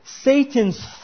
Satan's